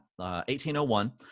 1801